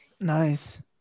Nice